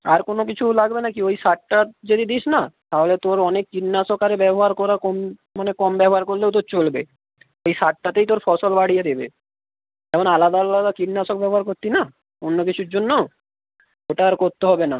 আর কোনো কিছু লাগবে নাকি ওই সারটা যদি দিস না তাহলে তোর অনেক কীটনাশক আরে ব্যবহার করা কম মানে কম ব্যবহার করলেও তোর চলবে ওই সারটাতেই তোর ফসল বাড়িয়ে দেবে এখন আলাদা আলাদা কীটনাশক ব্যবহার করতিস না অন্য কিছুর জন্য ওটা আর করতে হবে না